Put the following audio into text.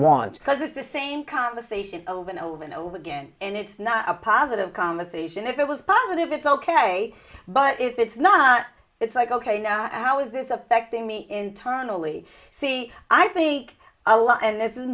want cuz it's the same conversation over and over and over again and it's not a positive conversation if it was positive it's ok but if it's not it's like ok now how is this affecting me internally see i think a lot and this is